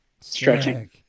stretching